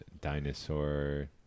dinosaur